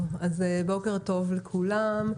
בוקר טוב לכולם,